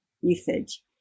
usage